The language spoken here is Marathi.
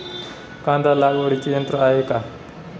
कांदा लागवडीचे यंत्र आहे का?